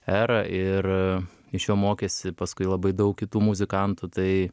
erą ir iš jo mokėsi paskui labai daug kitų muzikantų tai